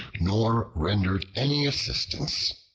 nor rendered any assistance.